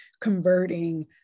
converting